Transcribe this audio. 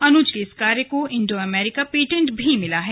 अनुज के इस कार्य को इण्डो अमेरिका पेटेंट भी मिला है